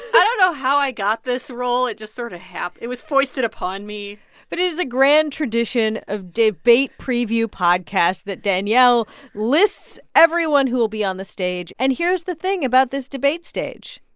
but don't know how i got this role. it just sort of it was foisted upon me but it is a grand tradition of debate preview podcast that danielle lists everyone who will be on the stage. and here's the thing about this debate stage.